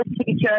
teacher